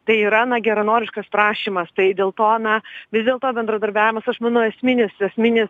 tai yra na geranoriškas prašymas tai dėl to na vis dėlto bendradarbiavimas aš manau esminis esminis